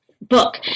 book